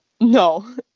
No